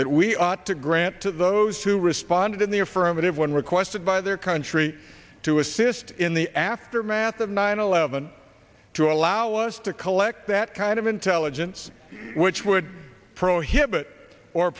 that we ought to grant to those who responded in the affirmative when requested by their country to assist in the aftermath of nine eleven to allow us to collect that and of intelligence which would prohibit or